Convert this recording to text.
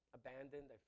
abandoned